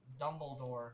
Dumbledore